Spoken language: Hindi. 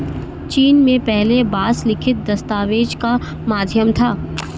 चीन में पहले बांस लिखित दस्तावेज का माध्यम था